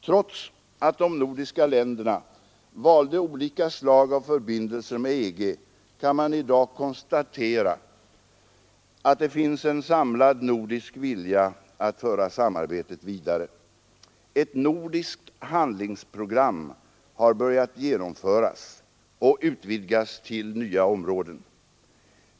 Trots att de nordiska länderna valde olika slag av förbindelser med EG, kan man i dag konstatera att det finns en samlad nordisk vilja att föra samarbetet vidare. Ett nordiskt handlingsprogram har börjat genomföras och utvidgas till nya områden.